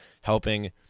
helping